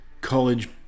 college